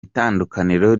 itandukaniro